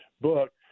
book